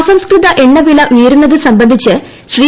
അസംസ്കൃത എണ്ണ വില ഉയരുന്നത് സംബന്ധിച്ച് ശ്രീ